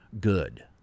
Good